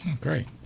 Great